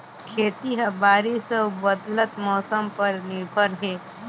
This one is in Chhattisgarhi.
खेती ह बारिश अऊ बदलत मौसम पर निर्भर हे